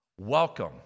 Welcome